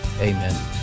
Amen